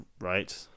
right